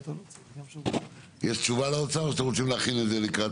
האם לאוצר יש תשובה או שתכינו לסוף?